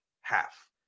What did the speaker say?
half